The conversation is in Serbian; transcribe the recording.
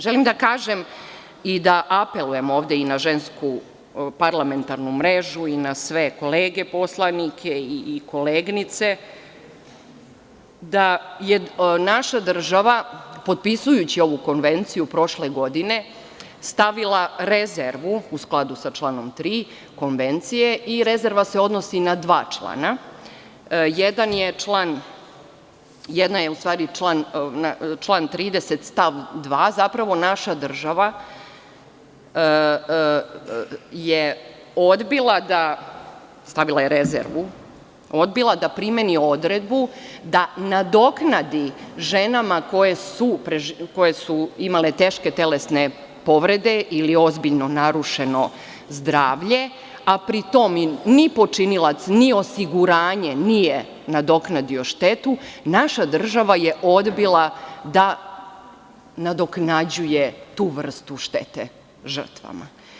Želim da kažem i da apelujem ovde i na Žensku parlamentarnu mrežu i na sve kolege poslanike i koleginice, da je naša država potpisujući ovu konvenciju prošle godine stavila rezervu u skladu sa članom 3. Konvencije i rezerva se odnosi na dva člana, jedno je član 30. stav 2. Zapravo, naša država je odbila, stavila je rezervu, odbila da primeni odredbu da nadoknadi ženama koje su imale teške telesne povrede ili ozbiljno narušeno zdravlje, a pri tom ni počinilac ni osiguranje nije nadoknadilo štetu, naša država je odbila da nadoknađuje tu vrstu štete žrtvama.